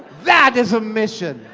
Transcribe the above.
that is a mission!